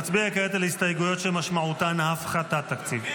נצביע כעת על ההסתייגויות שמשמעותן הפחתת תקציב,